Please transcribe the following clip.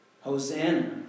Hosanna